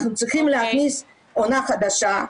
אנחנו צריכים להכניס עונה חדשה,